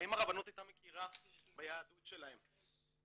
האם הרבנות הייתה מכירה ביהדות שלהם?